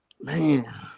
man